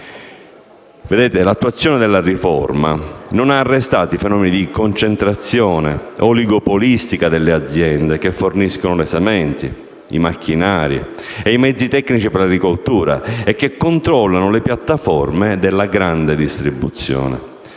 L'attuazione della riforma non ha arrestato il fenomeno di concentrazione oligopolistica delle aziende che forniscono le sementi, i macchinari e i mezzi tecnici per l'agricoltura e che controllano le piattaforme della grande distribuzione: